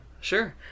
Sure